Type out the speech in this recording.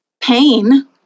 pain